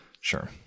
Sure